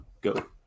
go